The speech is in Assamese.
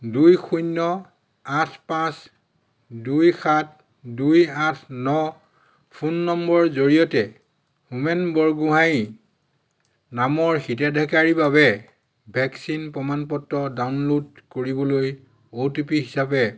দুই শূন্য আঠ পাঁচ দুই সাত দুই আঠ ন ফোন নম্বৰৰ জৰিয়তে হোমেন বৰগোহাঞি নামৰ হিতাধিকাৰীৰ বাবে ভেকচিন প্ৰমাণ পত্ৰ ডাউনলোড কৰিবলৈ অ'টিপি হিচাপে